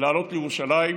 לעלות לירושלים,